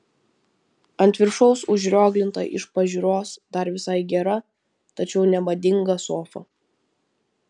ant viršaus užrioglinta iš pažiūros dar visai gera tačiau nemadinga sofa